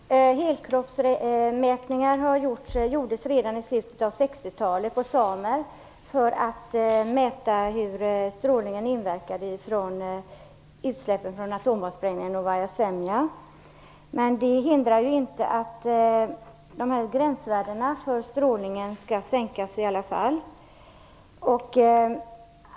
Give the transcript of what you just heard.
Herr talman! Helkroppsmätningar gjordes på samer redan i slutet av 60-talet för att mäta hur utsläppen verkade från atomgassprängningen i Novaja Semlja. Men det hindrar ju inte att gränsvärdena för strålning skall sänkas i alla fall.